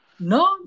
No